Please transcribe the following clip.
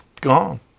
gone